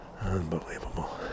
Unbelievable